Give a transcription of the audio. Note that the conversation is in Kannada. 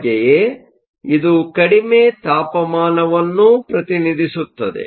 ಹಾಗೆಯೇ ಇದು ಕಡಿಮೆ ತಾಪಮಾನವನ್ನು ಪ್ರತಿನಿಧಿಸುತ್ತದೆ